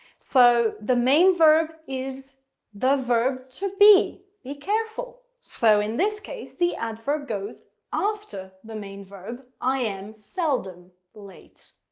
so the main verb is the verb to be. be careful. so in this case the adverb goes after the main verb. i am seldom late.